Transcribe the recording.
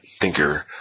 thinker